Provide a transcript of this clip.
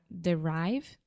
derive